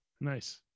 Nice